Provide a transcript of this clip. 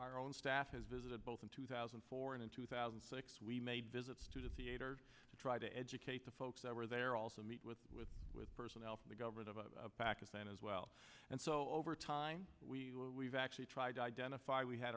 our own staff has visited both in two thousand and four and in two thousand and six we made visits to the theater to try to educate the folks that were there also meet with with with personnel from the government of pakistan as well and so over time we we've actually tried to identify we had